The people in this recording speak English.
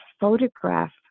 photograph